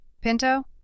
Pinto